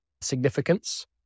significance